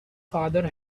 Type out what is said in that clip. father